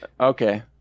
Okay